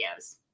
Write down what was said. videos